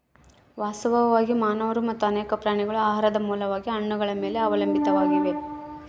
ವಾಸ್ತವವಾಗಿ ಮಾನವರು ಮತ್ತು ಅನೇಕ ಪ್ರಾಣಿಗಳು ಆಹಾರದ ಮೂಲವಾಗಿ ಹಣ್ಣುಗಳ ಮೇಲೆ ಅವಲಂಬಿತಾವಾಗ್ಯಾವ